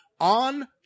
on